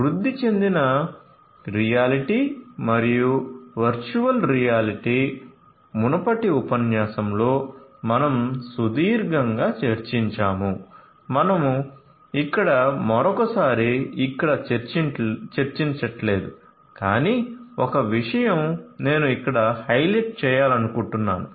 వృద్ధి చెందిన రియాలిటీ మరియు వర్చువల్ రియాలిటీ మునుపటి ఉపన్యాసంలో మనం సుదీర్ఘంగా చర్చించాము మనం ఇక్కడ మరోసారి ఇక్కడ చర్చింట్లేదు కాని ఒక విషయం నేను ఇక్కడ హైలైట్ చేయాలనుకుంటున్నాను